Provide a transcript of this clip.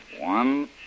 One